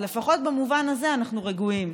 אז לפחות במובן הזה אנחנו רגועים.